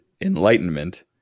enlightenment